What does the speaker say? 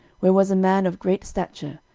where was a man of great stature,